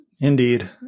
Indeed